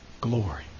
glory